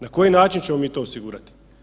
Na koji način ćemo mi to osigurati?